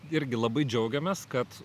irgi labai džiaugiamės kad